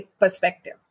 perspective